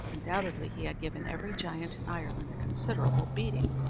undoubtedly he had given every giant in ireland a considerable beating,